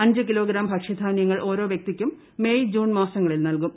അഞ്ച് കിലോഗ്രാം ഭക്ഷ്യധാനൃങ്ങൾ ഓരോ വൃക്തിക്കും മെയ് ജൂൺ മാസങ്ങളിൽ നൽകും